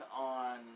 on